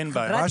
אין בעיה, מקבל.